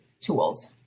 tools